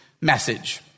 message